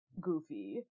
goofy